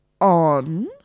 on